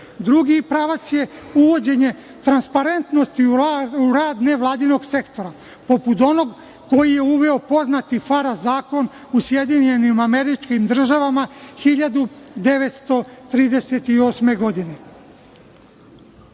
pravac je uvođenje transparentnosti u rad nevladinog sektora poput onog koji je uveo poznati FARA Zakon u Sjedinjenim Američkim Državama 1938. godine.